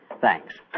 Thanks